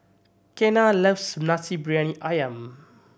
Kenna loves Nasi Briyani Ayam